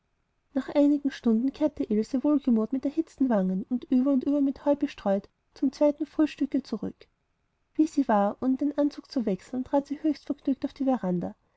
nach einigen stunden kehrte ilse wohlgemut mit erhitzten wangen und über und über mit heu bestreut zum zweiten frühstücke zurück wie sie war ohne den anzug zu wechseln trat sie höchst vergnügt auf die veranda